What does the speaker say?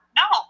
no